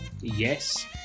Yes